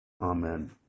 Amen